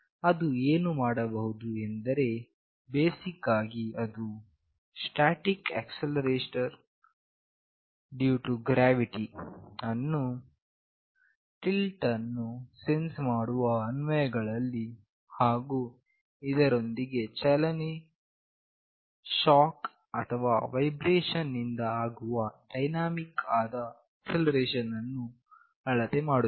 ಅದು ಏನು ಮಾಡಬಹುದು ಎಂದರೆ ಬೇಸಿಕ್ ಆಗಿ ಅದು static acceleration due to gravity ಯನ್ನು ಟಿಲ್ಟ್ ಅನ್ನು ಸೆನ್ಸ್ ಮಾಡುವ ಅನ್ವಯಗಳಲ್ಲಿ ಹಾಗು ಇದರೊಂದಿಗೆ ಚಲನೆ ಶಾಕ್ ಅಥವಾ ವೈಬ್ರೇಷನ್ ನಿಂದ ಆಗುವ ಡೈನಾಮಿಕ್ ಆದ ಆಕ್ಸೆಲರೇಷನ್ ಅನ್ನು ಅಳತೆ ಮಾಡುತ್ತದೆ